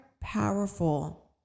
powerful